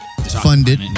funded